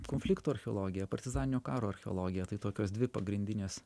konfliktų archeologija partizaninio karo archeologija tai tokios dvi pagrindinės